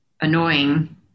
annoying